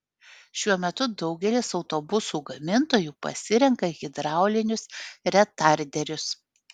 šiuo metu daugelis autobusų gamintojų pasirenka hidraulinius retarderius